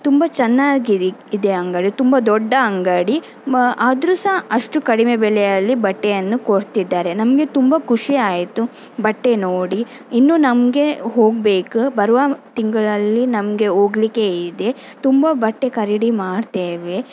ತುಂಬ ಚೆನ್ನಾಗಿದೆ ಅಂಗಡಿ ತುಂಬ ದೊಡ್ಡ ಅಂಗಡಿ ಆದರೂ ಸಹ ಅಷ್ಟು ಕಡಿಮೆ ಬೆಲೆಯಲ್ಲಿ ಬಟ್ಟೆಯನ್ನು ಕೊಡ್ತಿದ್ದಾರೆ ನಮಗೆ ತುಂಬ ಖುಷಿ ಆಯಿತು ಬಟ್ಟೆ ನೋಡಿ ಇನ್ನೂ ನಮಗೆ ಹೋಗಬೇಕು ಬರುವ ತಿಂಗಳಲ್ಲಿ ನಮಗೆ ಹೋಗ್ಲಿಕ್ಕೆ ಇದೆ ತುಂಬ ಬಟ್ಟೆ ಖರೀದಿ ಮಾಡ್ತೇವೆ